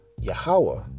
Yahweh